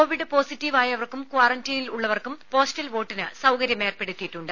Covid positive ആയവർക്കും ക്വാറന്റീനിൽ ഉള്ളവർക്കും പോസ്റ്റൽ വോട്ടിന് സൌകര്യമേർപ്പെടുത്തിയിട്ടുണ്ട്